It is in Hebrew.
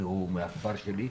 כי הוא מהכפר שלי,